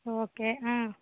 okay ஆ